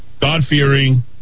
God-fearing